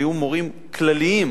היו מורים כלליים,